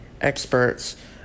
experts